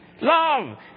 love